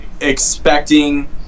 expecting